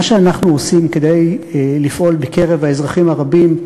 מה שאנחנו עושים כדי לפעול בקרב האזרחים הרבים,